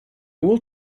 will